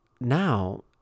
now